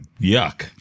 Yuck